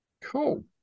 Cool